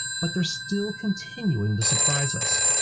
but they're still continuing to surprise us.